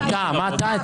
מה אתה הצעת?